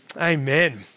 Amen